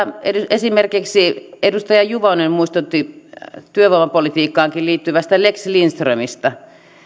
esimerkiksi edustaja juvonen muistutti työvoimapolitiikkaankin liittyvästä lex lindströmistä